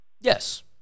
Yes